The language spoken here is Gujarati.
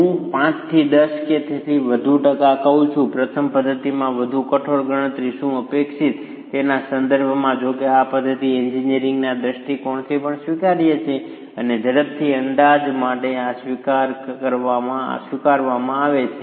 હું 5 થી 10 કે તેથી વધુ ટકા કહું છું કે પ્રથમ પદ્ધતિમાં વધુ કઠોર ગણતરી શું અપેક્ષિત છે તેના સંદર્ભમાં જો કે આ પદ્ધતિ એન્જિનિયરિંગના દૃષ્ટિકોણથી પણ સ્વીકાર્ય છે અને ઝડપી અંદાજ માટે આ સ્વીકારવામાં આવે છે